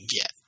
get